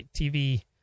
TV